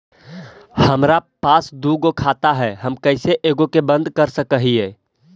हमरा पास दु गो खाता हैं, हम कैसे एगो के बंद कर सक हिय?